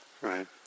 right